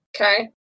Okay